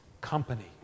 company